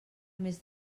més